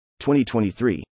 2023